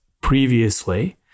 previously